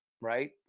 Right